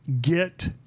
get